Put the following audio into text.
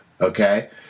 okay